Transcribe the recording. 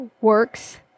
works